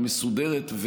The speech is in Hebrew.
המסודרת,